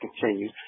continue